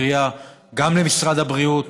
קריאה גם למשרד הבריאות,